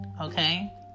okay